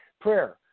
prayer